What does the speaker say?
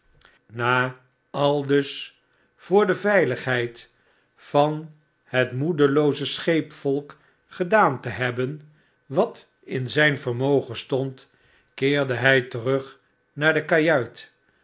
na aldus voor de veiligheid van het moedelooze scheepsvolk gedaan te hebben wat in zijn vermogen stond keerde hg terug naar de kajuit